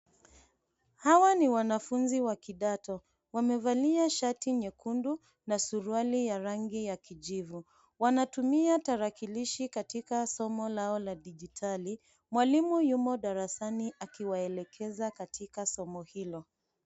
Hawa ni wanafunzi wa kidato. Wamevalia shati nyekundu na suruali ya rangi ya kijivu. Wanatumia tarakilishi katika somo lao la digitali, mwalimu yumo darasani akiwaelekeza katika somo hilo.